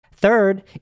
Third